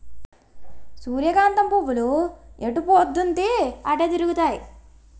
సూర్యకాంతం పువ్వులు ఎటుపోద్దున్తీ అటే తిరుగుతాయి